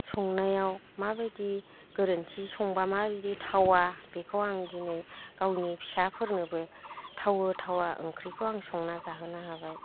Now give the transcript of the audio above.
संनायाव माबायदि गोरोनथि संब्ला माबायदि थावा बेखौ आं दिनै गावनि फिसाफोरनोबो थावो थावा ओंख्रिखौ आं संना जाहोनो हाबाय